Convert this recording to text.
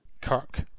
Kirk